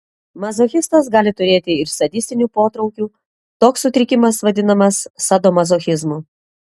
mazochistas gali turėti ir sadistinių potraukių toks sutrikimas vadinamas sadomazochizmu